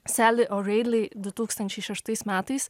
seli o reili du tūkstančiai šeštais metais